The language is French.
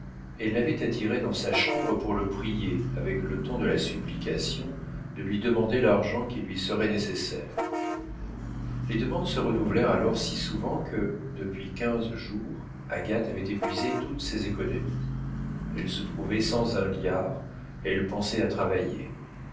elle l'avait attiré dans sa chambre pour le prier avec le ton de la supplication de lui demander l'argent qui lui serait nécessaire les demandes se renouvelèrent alors si souvent que depuis quinze jours agathe avait épuisé toutes ses économies elle se trouvait sans un liard elle pensait à travailler